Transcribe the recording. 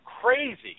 crazy